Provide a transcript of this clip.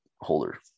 holder